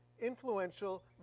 influential